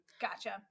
gotcha